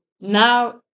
now